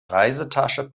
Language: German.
reisetasche